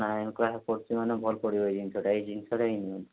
nine class ପଢ଼ୁଛି ମାନେ ଭଲ ପଡ଼ିବ ଏଇ ଜିନିଷଟା ଏଇ ଜିନିଷଟା ହିଁ ନିଅନ୍ତୁ